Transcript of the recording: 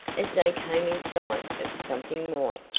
as they came in sight of something white,